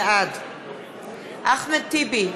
בעד אחמד טיבי,